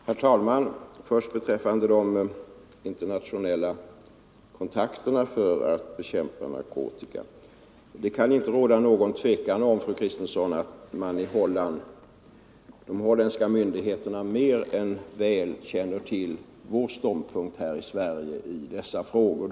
Herr talman! Först några ord beträffande de internationella kontakterna för att bekämpa narkotika. Det kan inte råda något tvivel om, fru Kristensson, att de holländska myndigheterna mer än väl känner till vår ståndpunkt här i Sverige i dessa frågor.